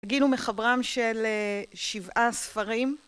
יגיל הוא מחברם של שבעה ספרים